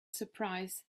surprise